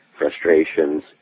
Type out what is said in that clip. Frustrations